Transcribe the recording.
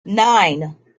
nine